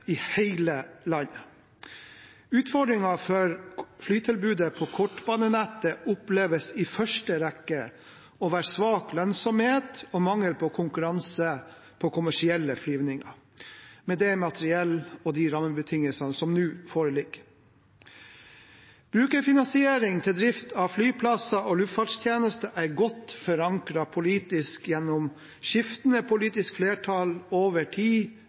i hele landet. Utfordringen for flytilbudet på kortbanenettet er i første rekke svak lønnsomhet og mangel på konkurranse på kommersielle flyvninger, med det materiell og de rammebetingelsene som nå foreligger. Brukerfinansiering til drift av flyplasser og luftfartstjenester er politisk godt forankret gjennom skiftende politisk flertall over tid,